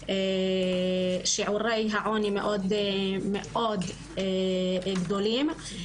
שיעורי העוני מאוד מאוד גדולים,